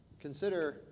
consider